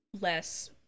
less